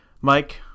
Mike